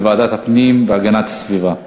לוועדת הפנים והגנת הסביבה נתקבלה.